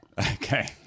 Okay